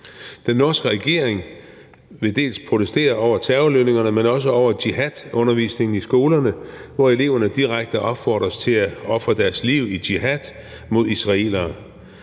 Den norske regering vil dels protestere over terrorlønningerne, dels over jihadundervisningen i skolerne, hvor eleverne direkte opfordres til at ofre deres liv i jihad mod israelere.